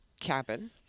cabin